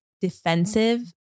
defensive